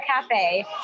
cafe